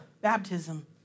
baptism